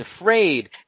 afraid